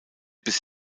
bis